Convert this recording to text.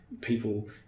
People